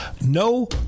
No